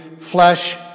flesh